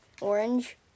orange